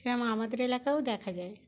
আমাদের এলাকাও দেখা যায়